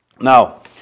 Now